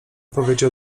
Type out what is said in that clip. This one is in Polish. powiedział